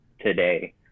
today